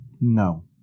No